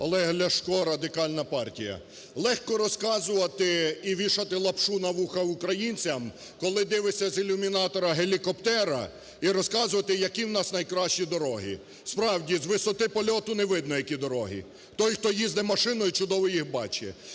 Олег Ляшко, Радикальна партія. Легко розказувати і вішати лапшу на вуха українцям, коли дивишся з ілюмінатора гелікоптера і розказувати які в нас найкращі дороги, справді, з висоти польоту не видно які дороги. Той, хто їздить машиною, чудово їх бачить.